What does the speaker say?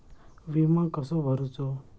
विमा कसो भरूचो?